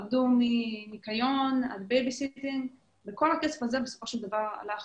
עבדו בניקיון ובשמרטפות וכל הכסף הזה בסופו של דבר הלך